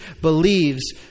believes